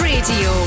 Radio